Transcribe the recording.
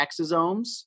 exosomes